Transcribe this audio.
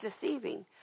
deceiving